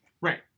Right